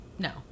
No